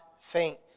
faint